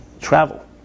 travel